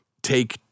Take